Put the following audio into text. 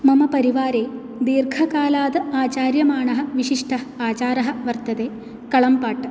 मम परिवारे दीर्घकालात् आचार्यमाणः विशिष्टः आचारः वर्तते कलम्पाट्